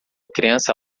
criança